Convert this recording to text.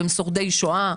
הם שורדי שואה,